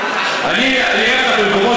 אני רואה את זה כל יום,